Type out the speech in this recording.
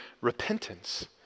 repentance